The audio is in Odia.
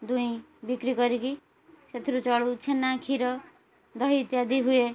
ଦୁହିଁ ବିକ୍ରି କରିକି ସେଥିରୁ ଚଳୁ ଛେନା କ୍ଷୀର ଦହି ଇତ୍ୟାଦି ହୁଏ